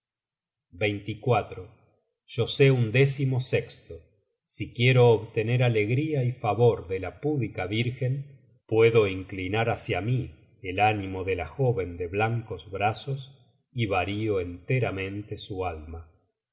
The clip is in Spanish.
odin yo sé un décimosesto si quiero obtener alegría y favor de la púdica vírgen puedo i nclinar hácia mí el ánimo de la jóven de blancos brazos y vario enteramente su alma